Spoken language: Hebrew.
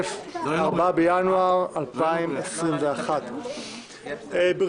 ה-4 בינואר 2021. ברשותכם,